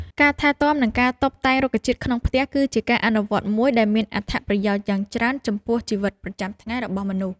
ការថែទាំ និងការតុបតែងរុក្ខជាតិក្នុងផ្ទះគឺជាការអនុវត្តមួយដែលមានអត្ថប្រយោជន៍យ៉ាងច្រើនចំពោះជីវិតប្រចាំថ្ងៃរបស់មនុស្ស។